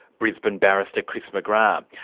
brisbane barrister, chris mcgrath. um